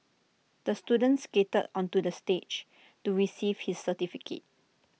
the student skated onto the stage to receive his certificate